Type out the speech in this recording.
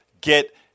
get